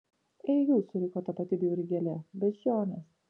ei jūs suriko ta pati bjauri gėlė beždžionės